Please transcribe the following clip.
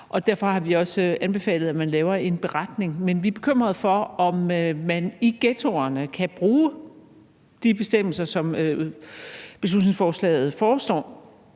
derfor har vi også anbefalet, at man laver en beretning. Men vi er bekymrede for, om man i ghettoerne kan bruge de bestemmelser, som foreslås i beslutningsforslaget, til